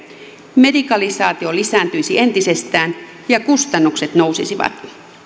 medikalisaatio lisääntyisi entisestään ja kustannukset nousisivat